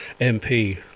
MP